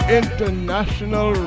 international